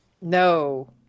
No